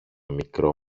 μικρό